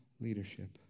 leadership